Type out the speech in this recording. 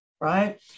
right